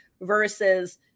versus